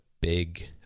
big